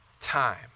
time